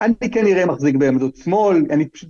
אני כנראה מחזיק בעמדות שמאל, אני פשוט...